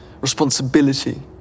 responsibility